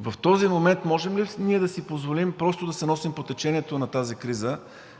В този момент можем ли ние да си позволим просто да се носим по течението на тази криза,